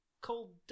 cold